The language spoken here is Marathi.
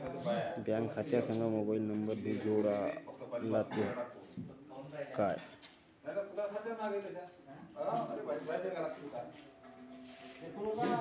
बँक खात्या संग मोबाईल नंबर भी जोडा लागते काय?